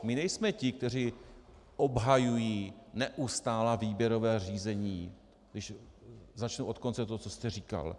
My nejsme ti, kteří obhajují neustálá výběrová řízení, když začnu od konce toho, co jste říkal.